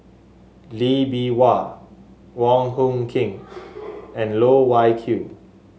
Lee Bee Wah Wong Hung Khim and Loh Wai Kiew